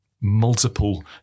multiple